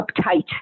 uptight